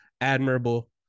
Admirable